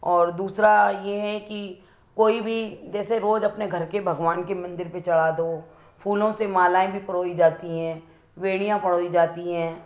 और दूसरा ये है कि कोई भी जैसे रोज़ अपने घर के भगवान की मंदिर पे चढ़ा दो फूलों से मालाएँ भी पिरोई जाती हैं बेड़ियाँ पिरोई जाती हैं